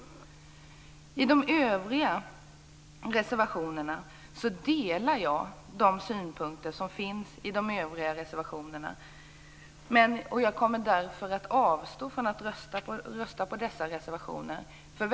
Jag delar de synpunkter som finns i de övriga reservationerna. Jag kommer därför att avstå från att rösta på dessa reservationer.